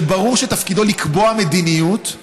שברור שתפקידו לקבוע מדיניות,